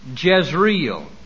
Jezreel